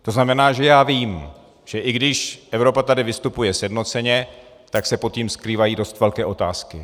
To znamená, že já vím, že i když tady Evropa vystupuje sjednoceně, tak se pod tím skrývají dost velké otázky.